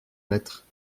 mettre